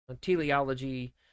Teleology